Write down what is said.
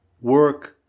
work